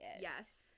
Yes